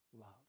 love